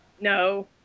No